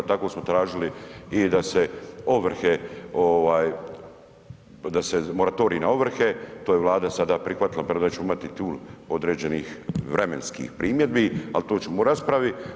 Tako smo tražili i da se ovrhe ovaj, da se moratorij na ovrhe, to je Vlada sada prihvatila premda ćemo imati tu određenih vremenskih primjedbi, ali to ćemo u raspravi.